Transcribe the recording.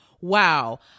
wow